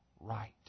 right